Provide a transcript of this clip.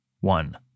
one